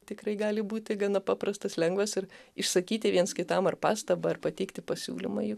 tikrai gali būti gana paprastas lengvas ir išsakyti viens kitam ar pastabą ar pateikti pasiūlymą ir